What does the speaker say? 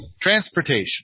Transportation